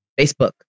Facebook